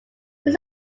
this